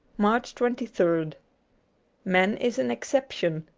march twenty third man is an exception,